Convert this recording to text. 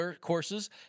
courses